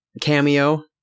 cameo